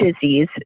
disease